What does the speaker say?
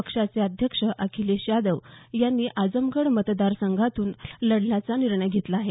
पक्षाचे अध्यक्ष अखिलेश यादव यांनी आजमगढ मतदार संघातून लढण्याचा निर्णय घेतला आहे